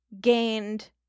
gained